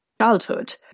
childhood